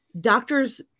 doctors